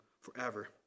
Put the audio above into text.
forever